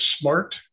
smart